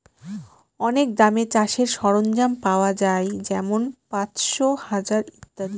অনেক দামে চাষের সরঞ্জাম পাওয়া যাই যেমন পাঁচশো, হাজার ইত্যাদি